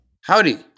Howdy